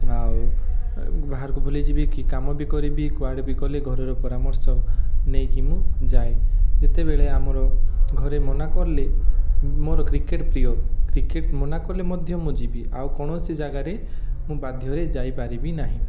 ଆଉ ବାହାରକୁ ବୁଲିଯିବି କି କାମ ବି କରିବି କୁଆଡ଼େ ଗଲେ ଘରର ପରାମର୍ଶ ନେଇକି ମୁଁ ଯାଏ ଯେତେବେଳ ଆମର ଘରେ ମନା କଲେ ମୋର କ୍ରିକେଟ ପ୍ରିୟ କ୍ରିକେଟ ମନା କଲେ ମଧ୍ୟ ମୁଁ ଯିବି ଆଉ କୌଣସି ଜାଗାରେ ମୁଁ ବାଧ୍ୟରେ ଯାଇପାରିବି ନାହିଁ